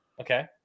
Okay